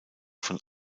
von